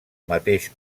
mateix